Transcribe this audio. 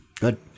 Good